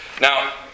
Now